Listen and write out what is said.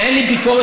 בטח שיש לי.